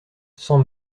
sans